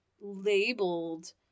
labeled